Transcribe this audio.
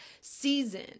season